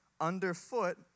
underfoot